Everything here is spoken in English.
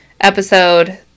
episode